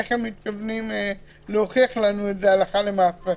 איך הם מתכוונים להוכיח לנו את זה הלכה למעשה.